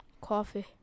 Coffee